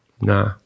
nah